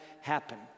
happen